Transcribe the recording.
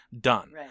done